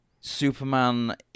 Superman